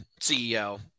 CEO